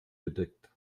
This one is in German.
gedeckt